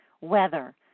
weather